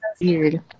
Weird